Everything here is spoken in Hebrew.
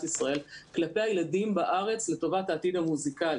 ישראל כלפי הילדים בארץ לטובת העתיד המוסיקלי.